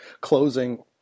closing